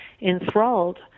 enthralled